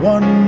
One